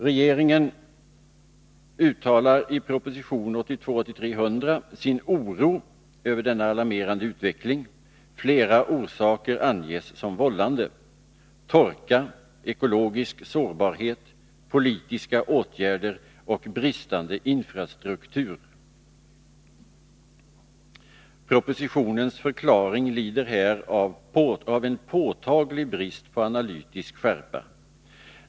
Regeringen uttalar i proposition 1982/83:100 sin oro över denna alarmerande utveckling. Flera orsaker anges som vållande: torka, ekologisk sårbarhet, politiska åtgärder och bristande infrastruktur. Propositionens förklaring lider här av en påtaglig brist på analytisk skärpa.